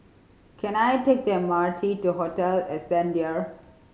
can I take the M R T to Hotel Ascendere